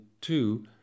two